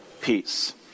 peace